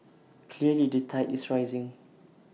clearly the tide is rising